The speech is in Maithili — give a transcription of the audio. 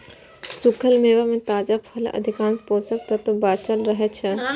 सूखल मेवा मे ताजा फलक अधिकांश पोषक तत्व बांचल रहै छै